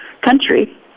country